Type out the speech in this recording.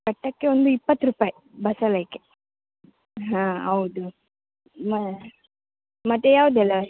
ಕಟ್ಟಕ್ಕೆ ಒಂದು ಇಪ್ಪತ್ತು ರೂಪಾಯಿ ಬಸಲೆಗೆ ಹಾಂ ಹೌದು ಮತ್ತು ಯಾವುದೆಲ್ಲಾ